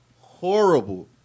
horrible